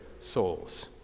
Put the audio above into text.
souls